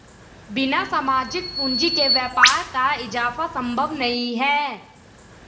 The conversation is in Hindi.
बिना सामाजिक पूंजी के व्यापार का इजाफा संभव नहीं है